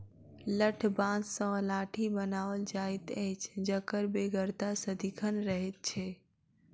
लठबाँस सॅ लाठी बनाओल जाइत अछि जकर बेगरता सदिखन रहैत छै